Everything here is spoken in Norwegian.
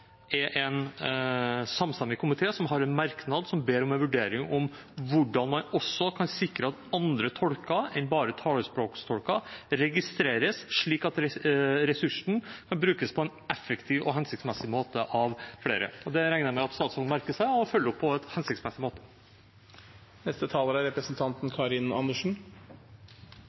er en samstemmig komité som har en merknad der en ber om en vurdering av hvordan man også kan sikre at andre tolker enn bare talespråktolker registreres, slik at ressursene kan brukes på en effektiv og hensiktsmessig måte av flere. Det regner jeg med at statsråden merker seg og følger opp på en hensiktsmessig måte. Ja, det er